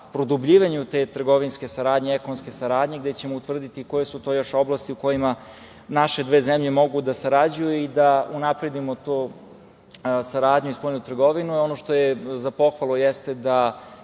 produbljivanju te trgovinske saradnje, ekonomske saradnje, gde ćemo utvrditi koje su to još oblasti u kojima naše dve zemlje mogu da sarađuju i da unapredimo tu saradnju i spoljnu trgovinu. Ono što je za pohvalu jeste da